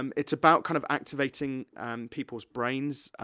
um it's about kind of activating people's brains,